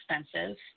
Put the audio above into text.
expensive